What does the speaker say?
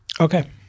Okay